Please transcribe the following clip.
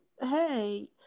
hey